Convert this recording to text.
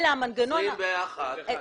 21 ימים.